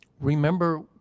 remember